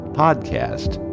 podcast